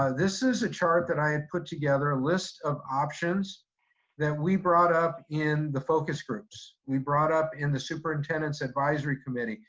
ah this is a chart that i had put together, a list of options that we brought up in the focus groups. we brought up in the superintendent's advisory committee,